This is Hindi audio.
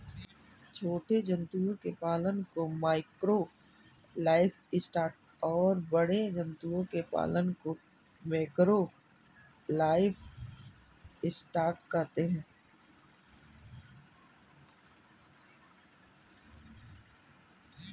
छोटे जंतुओं के पालन को माइक्रो लाइवस्टॉक और बड़े जंतुओं के पालन को मैकरो लाइवस्टॉक कहते है